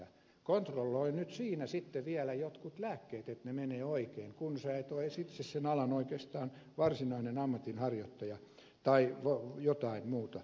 kontrolloi nyt siinä sitten vielä että jotkut lääkkeet menevät oikein kun et itse ole oikeastaan sen alan varsinainen ammatinharjoittaja tai jotain muuta